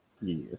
Yes